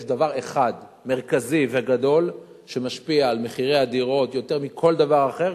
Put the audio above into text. יש דבר אחד מרכזי וגדול שמשפיע על מחירי הדירות יותר מכל דבר אחר,